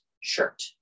shirt